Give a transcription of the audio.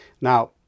Now